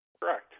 Correct